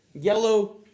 Yellow